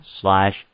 slash